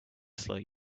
sleep